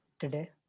today